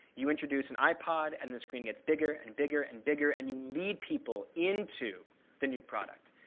you introduce an ipod. and the screen gets bigger and bigger and bigger. and you lead people into the new product.